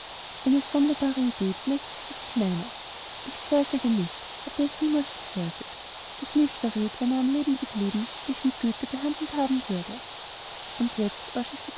eine sonderbare idee bemächtigte sich meiner ich zweifelte nicht hatte es niemals bezweifelt daß mr reed wenn er am leben geblieben mich mit güte behandelt haben würde und jetzt als ich